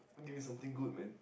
give me something good man